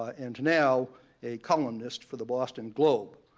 ah and now a columnist for the boston globe.